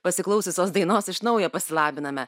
pasiklausiusios dainos iš naujo pasilabiname